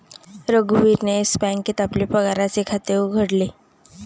रघुवीरने येस बँकेत आपले पगाराचे खाते उघडले